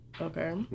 Okay